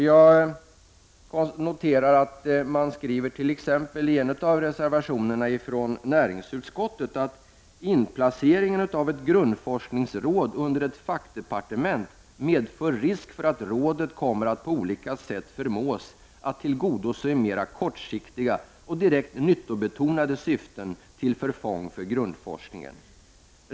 Jag noterar att man t.ex. i en av reservationerna från näringsutskottet skriver: ”Inplaceringen av ett grundforskningsråd under ett fackdepartement medför risk för att rådet kommer att på olika sätt förmås att tillgodose mera kortsiktiga och direkt nyttobetonade syften till förfång för grundforskningen.